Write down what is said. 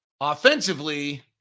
offensively